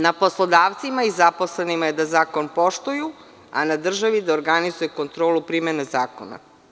Na poslodavcima i zaposlenima je da zakon poštuju, a na državi da organizuje kontrolu primene zakona.